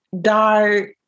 dark